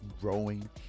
growing